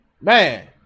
Man